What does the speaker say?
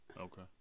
Okay